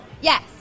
Yes